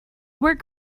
work